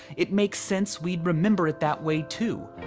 it makes sense we'd remember it that way too.